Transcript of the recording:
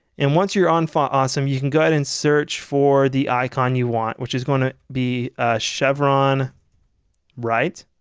and once you're on font awesome you can go ahead and search for the icon you want, which is going to be a chevron right